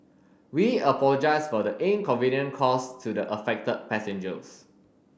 we apologise for the inconvenience caused to affected passengers